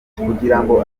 kugirango